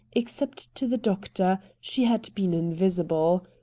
except to the doctor, she had been invisible.